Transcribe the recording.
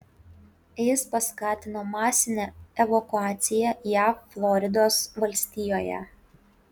jis paskatino masinę evakuaciją jav floridos valstijoje